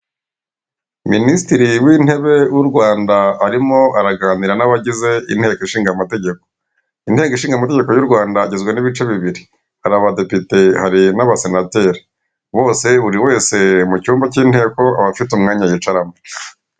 Minisitiri w'intebe w'u rwanda arimo araganira n'abagize inteko ishinga amategeko; inteko ishinga amategeko y'u rwanda igizwe n'ibice bibiri; hari abadepite, hari n'abasenateri; bose buri wese mu cyumba cy'inteko abafite umwanya yicaramo.